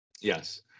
Yes